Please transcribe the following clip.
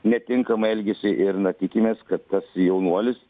netinkamą elgesį ir na tikimės kad tas jaunuolis